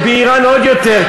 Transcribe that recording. באיראן עוד יותר,